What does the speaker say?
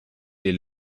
les